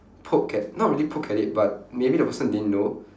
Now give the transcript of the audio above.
poke at not really poke at it but maybe the person didn't know